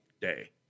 day